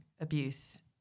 abuse